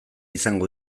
izango